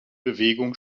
bewegung